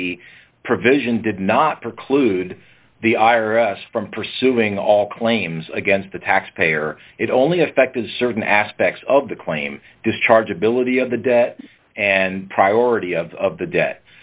the provision did not preclude the i r s from pursuing all claims against the taxpayer it only affected certain aspects of the claim discharge ability of the debt and priority of the debt